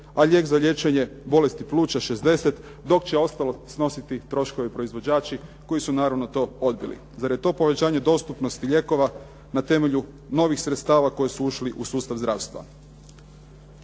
a lijek za liječenje bolesti pluća 60 dok će ostalo snositi troškove proizvođači koji su naravno to odbili. Zar je to povećanje dostupnosti lijekova na temelju novih sredstava koji su ušli u sustav zdravstva?